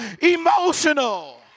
emotional